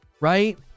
Right